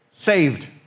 saved